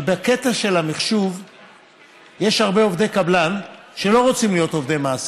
אבל בקטע של המחשוב יש הרבה עובדי קבלן שלא רוצים להיות עובדי מעסיק.